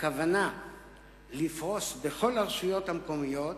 הכוונה לפרוס בכל הרשויות המקומיות,